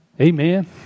Amen